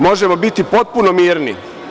Možemo biti potpuno mirni.